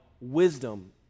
wisdom